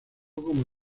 como